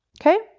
Okay